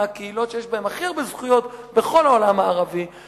מהקהילות שיש בהן הכי הרבה זכויות בכל העולם הערבי,